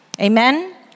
Amen